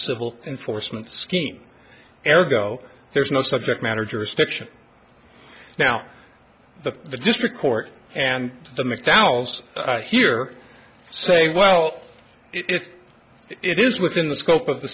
civil enforcement scheme ever go there's no subject matter jurisdiction now the the district court and the mcdowell's here say well if it is within the scope of the